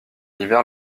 hiver